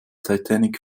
titanic